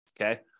okay